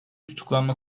tutuklanma